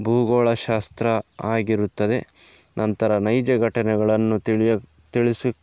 ಭೂಗೋಳ ಶಾಸ್ತ್ರ ಆಗಿರುತ್ತದೆ ನಂತರ ನೈಜ ಘಟನೆಗಳನ್ನು ತಿಳಿಯ ತಿಳಿಸಿ